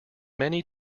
many